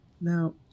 Now